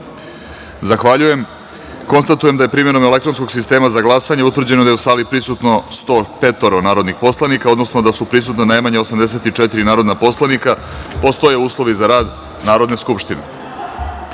Zahvaljujem. Konstatujem da je primenom elektronskog sistema za glasanje utvrđeno da je u sali prisutno 105 narodnih poslanika, odnosno da su prisutna najmanje 84 narodna poslanika. Postoje uslovi za rad Narodne skupštine. Da